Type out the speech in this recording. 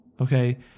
Okay